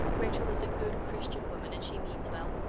rachel is a good christian woman and she means well.